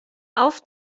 auf